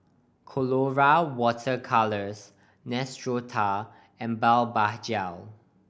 Colora Water Colours Neostrata and Blephagel